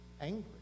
angry